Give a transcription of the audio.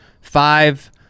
five